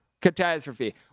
catastrophe